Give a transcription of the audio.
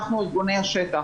אנחנו ארגוני השטח,